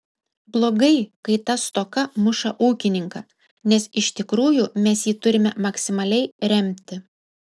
blogai kai ta stoka muša ūkininką nes iš tikrųjų mes jį turime maksimaliai remti